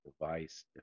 device